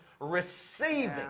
receiving